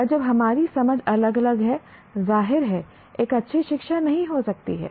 और जब हमारी समझ अलग अलग है जाहिर है एक अच्छी शिक्षा नहीं हो सकती है